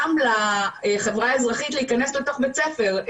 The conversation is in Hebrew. גם לחברה האזרחית להיכנס לתוך בית ספר,